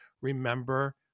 Remember